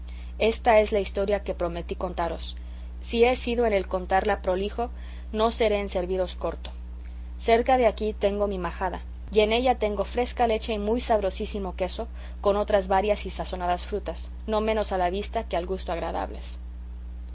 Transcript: ésta es la historia que prometí contaros si he sido en el contarla prolijo no seré en serviros corto cerca de aquí tengo mi majada y en ella tengo fresca leche y muy sabrosísimo queso con otras varias y sazonadas frutas no menos a la vista que al gusto agradables